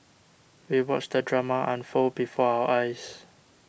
we watched the drama unfold before our eyes